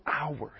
hours